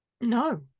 No